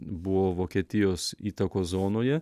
buvo vokietijos įtakos zonoje